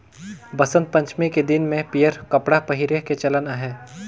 बसंत पंचमी के दिन में पीयंर कपड़ा पहिरे के चलन अहे